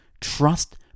trust